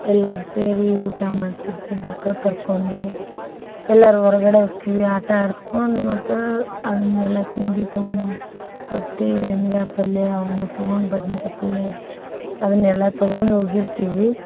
ಎಲ್ಲಾರು ಸೇರಿ ಊಟ ಮಾಡ್ತಿರ್ತೀವಿ ಮಕ್ಕಳ ಕರ್ಕೊಂದ ಎಲ್ಲಾರೂ ಹೊರ್ಗಡೆ ಹೊಕ್ಕೀವಿ ಆಟ ಆಡ್ಸ್ಕೊಂದು ಮತ್ತೆ ಅದನ್ನೆಲ್ಲಾ ತಿಂಡಿ ತಗೊಂದ ಬಂದು ರೊಟ್ಟಿ ಎಣ್ಗಾಯಿ ಪಲ್ಲೆ ಅವ್ನ ತಗೊಂದ್ ಬದ್ನಿಕಾಯಿ ಪಲ್ಲೆ ಅದನ್ನೆಲ್ಲಾ ತಗೊಂದು ಹೋಗಿರ್ತೀವಿ